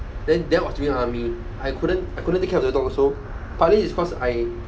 then that was during army I couldn't I couldn't take care of the dog also partly is because I